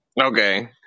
Okay